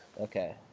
Okay